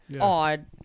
Odd